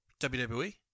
WWE